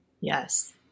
yes